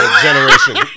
Generation